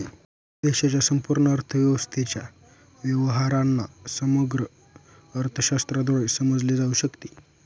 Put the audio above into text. देशाच्या संपूर्ण अर्थव्यवस्थेच्या व्यवहारांना समग्र अर्थशास्त्राद्वारे समजले जाऊ शकते